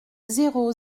zéro